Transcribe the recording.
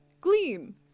Glean